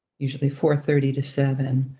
usually four thirty to seven,